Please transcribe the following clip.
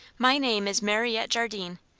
my name is mariette jardine.